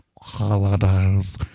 holidays